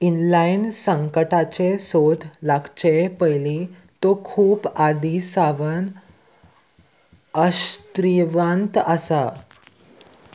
इनलायन संकटाचे सोद लागचे पयली तो खूब आदी सावन आश्त्रीवांत आसा